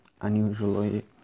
Unusually